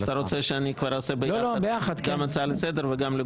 אז אתה רוצה שאני כבר אעשה ביחד גם הצעה לסדר וגם לגופו?